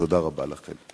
תודה רבה לכם.